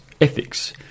ethics